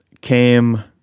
came